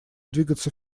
двигаться